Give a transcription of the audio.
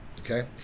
okay